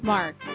Mark